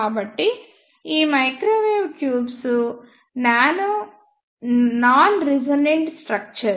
కాబట్టి ఈ microwave tubes non resonant structures